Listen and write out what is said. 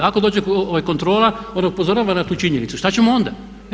Ako dođe kontrola ona upozorava na tu činjenicu, šta ćemo onda.